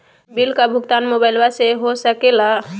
Bill का भुगतान का मोबाइलवा से हो सके ला?